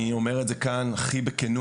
אני אומר את זה כאן בכנות.